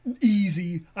Easy